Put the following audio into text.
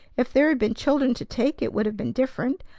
if there had been children to take, it would have been different.